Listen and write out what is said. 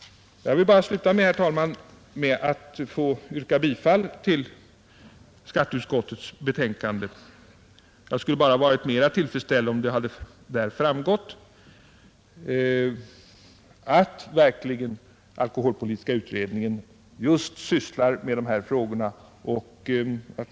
Jag vill, herr talman, sluta med att yrka bifall till skatteutskottets förslag. Jag skulle naturligtvis ha varit mera tillfredsställd om det av betänkandet hade framgått att alkoholpolitiska utredningen just sysslar med dessa frågor.